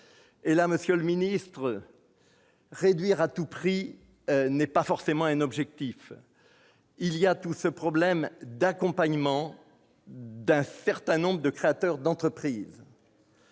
monsieur le ministre, réduire à tout prix n'est pas forcément un objectif. Se pose aussi le problème de l'accompagnement d'un certain nombre de créateurs d'entreprise.